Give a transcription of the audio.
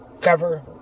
cover